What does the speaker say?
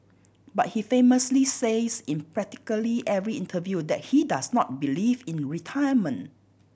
but he famously says in practically every interview that he does not believe in retirement